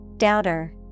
Doubter